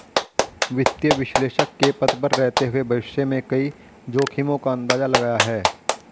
वित्तीय विश्लेषक के पद पर रहते हुए भविष्य में कई जोखिमो का अंदाज़ा लगाया है